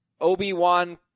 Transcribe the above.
Obi-Wan